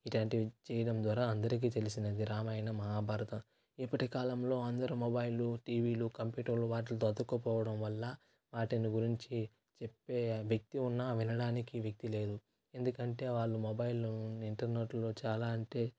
ఇట్టాంటివి చేయడం ద్వారా అందరికీ తెలిసినది రామాయణం మహాభారత ఇప్పటి కాలంలో అందరూ మొబైళ్లు టీవీలు కంప్యూటర్లు వాట్లితో అతుక్కుపోవడం వల్ల వాటిని గురించి చెప్పే వ్యక్తి ఉన్నా వినడానికి వ్యక్తీ లేదు ఎందుకంటే వాళ్లు మొబైల్ ఇంటర్నెట్లో చాలా అంటే